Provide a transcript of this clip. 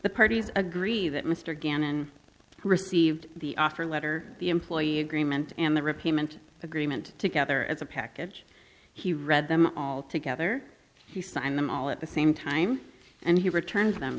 the parties agree that mr gannon received the offer letter the employee agreement and the repayment agreement together as a package he read them all together signed them all at the same time and he returns them